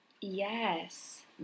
Yes